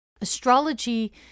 Astrology